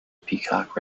peacock